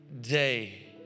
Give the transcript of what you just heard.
day